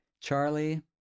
Charlie